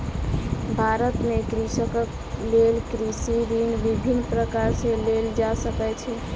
भारत में कृषकक लेल कृषि ऋण विभिन्न प्रकार सॅ लेल जा सकै छै